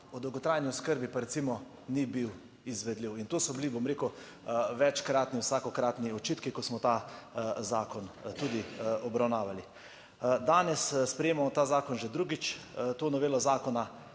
o dolgotrajni oskrbi pa,, recimo ni bil izvedljiv. In to so bili, bom rekel večkratni, vsakokratni očitki, ko smo ta zakon tudi obravnavali. Danes sprejemamo ta zakon že drugič, to novelo zakona.